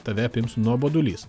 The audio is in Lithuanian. tave apims nuobodulys